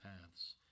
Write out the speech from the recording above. paths